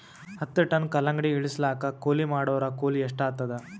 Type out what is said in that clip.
ಹತ್ತ ಟನ್ ಕಲ್ಲಂಗಡಿ ಇಳಿಸಲಾಕ ಕೂಲಿ ಮಾಡೊರ ಕೂಲಿ ಎಷ್ಟಾತಾದ?